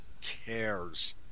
Cares